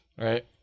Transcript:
right